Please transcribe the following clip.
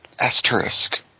Asterisk